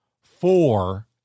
four